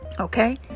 Okay